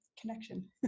connection